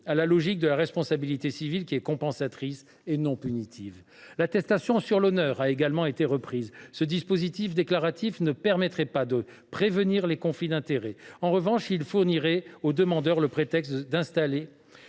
à la logique de la responsabilité civile, qui est compensatrice et non punitive. Quatrièmement, l’attestation sur l’honneur a également été reprise. Ce dispositif déclaratif ne permettrait pas de prévenir les conflits d’intérêts. En revanche, il fournirait au défendeur le prétexte d’ajouter